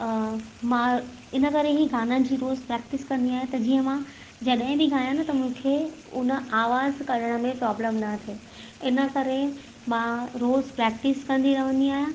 मां इन करे ई गानन जी रोज प्रैक्टिस कंदी आहियां त जीअं मां जॾहिं बि गाया न त मूंखे उन आवाज करण में प्रॉब्लम न थिए इन करे मां रोज प्रैक्टिस कंदी रहंदी आहियां